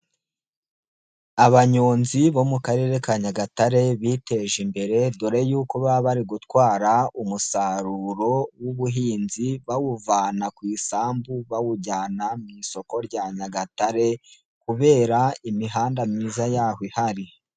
Abanyonzi bo mu karere ka Nyagatare biteje imbere, dore y'uko baba bari gutwara umusaruro w'ubuhinzi, bawuvana ku isambu bawujyana mu isoko rya Nyagatare, kubera imihanda myiza yaho ihari.